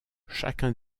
chacun